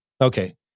Okay